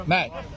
Matt